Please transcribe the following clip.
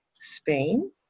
Spain